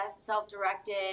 self-directed